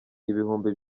ibihumbi